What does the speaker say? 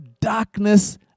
darkness